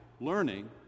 learning